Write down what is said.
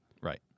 Right